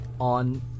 on